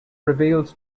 reveals